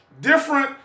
different